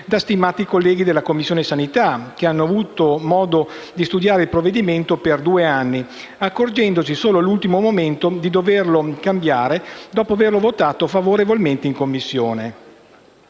da stimati colleghi della Commissione sanità, che hanno avuto modo di studiare il provvedimento per due anni, accorgendosi solo all'ultimo minuto di doverlo cambiare, dopo aver votato favorevolmente in Commissione.